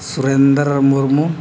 Surendra Murmu